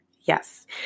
Yes